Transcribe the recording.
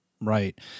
Right